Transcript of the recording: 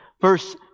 verse